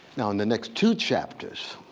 now in the next two chapters,